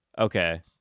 okay